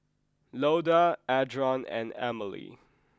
Loda Adron and Amalie